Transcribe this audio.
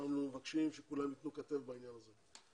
ואנחנו מבקשים שכולם ייתנו כתף בעניין הזה.